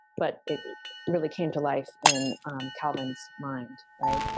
but it really came to life in um calvin's mind. right.